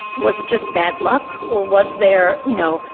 was it just bad luck, or was there, you know,